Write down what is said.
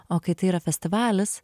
o kai tai yra festivalis